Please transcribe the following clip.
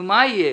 הולכים